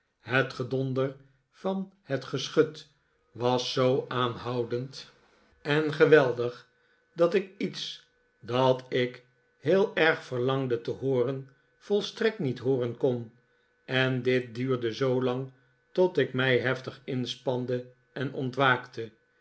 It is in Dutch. gedonder van het geschut was zoo aanhoudend en geweldig dat ik iets dat ik heel erg verlangde te hooren volstrekt niet hooren kon en dit duurde zoolang tot ik mij heftig inspande en ontwaakte